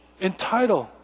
entitled